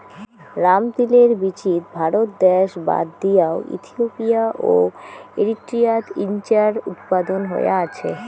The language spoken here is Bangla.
রামতিলের বীচিত ভারত দ্যাশ বাদ দিয়াও ইথিওপিয়া ও এরিট্রিয়াত ইঞার উৎপাদন হয়া আছে